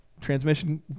Transmission